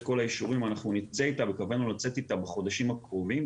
כל האישורים אנחנו נצא איתה וקבענו לצאת איתה בחודשים הקרובים.